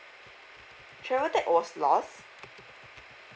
travel tag was lost